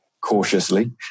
cautiously